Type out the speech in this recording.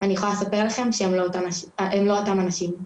ואני יכולה לספר לכם שהם לא אותם אנשים.